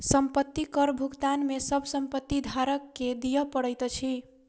संपत्ति कर भारत में सभ संपत्ति धारक के दिअ पड़ैत अछि